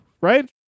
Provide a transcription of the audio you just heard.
right